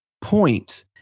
point